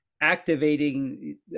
activating